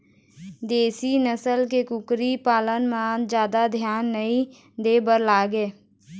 देशी नसल के कुकरी पालन म जादा धियान नइ दे बर लागय